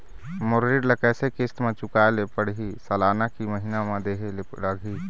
मोर ऋण ला कैसे किस्त म चुकाए ले पढ़िही, सालाना की महीना मा देहे ले लागही?